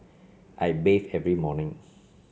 I bathe every morning